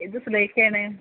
ഇത് സുലൈഖയാണ്